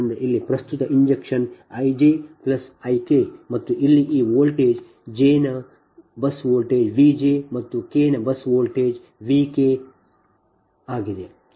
ಆದ್ದರಿಂದ ಇಲ್ಲಿ ಪ್ರಸ್ತುತ injection I j I k ಮತ್ತು ಇಲ್ಲಿ ಈ ವೋಲ್ಟೇಜ್ j ನ ಬಸ್ ವೋಲ್ಟೇಜ್ V j ಮತ್ತು k ನ ಬಸ್ ವೋಲ್ಟೇಜ್ V k ಬಲವಾಗಿದೆ